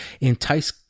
entice